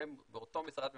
שהם באותו משרד ממשלתי.